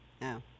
No